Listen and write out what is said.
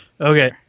okay